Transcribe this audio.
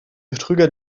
betrüger